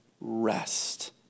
rest